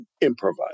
Improvise